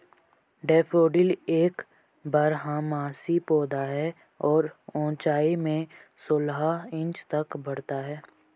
daffodil एक बारहमासी पौधा है और ऊंचाई में सोलह इंच तक बढ़ता है